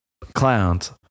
clowns